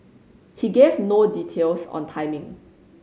he gave no details on timing